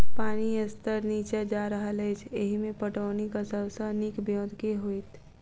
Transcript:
पानि स्तर नीचा जा रहल अछि, एहिमे पटौनीक सब सऽ नीक ब्योंत केँ होइत?